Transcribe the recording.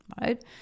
right